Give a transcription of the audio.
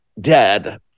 dead